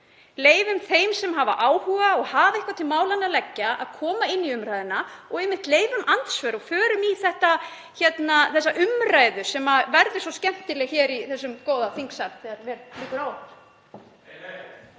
leyfum þeim sem hafa áhuga og hafa eitthvað til málanna að leggja að koma inn í umræðuna og leyfum andsvör og förum í þessa umræðu, sem verður svo skemmtileg hér í þessum góða þingsal